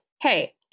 hey